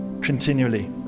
continually